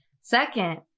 Second